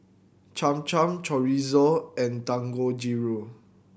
Cham Cham Chorizo and Dangojiru